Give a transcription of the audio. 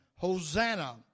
Hosanna